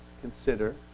consider